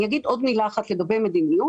אני אומר עוד מילה אחת לגבי מדיניות.